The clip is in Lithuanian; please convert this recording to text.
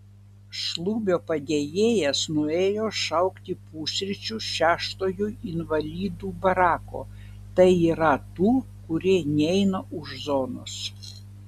šlubio padėjėjas nuėjo šaukti pusryčių šeštojo invalidų barako tai yra tų kurie neina už zonos